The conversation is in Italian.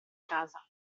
casa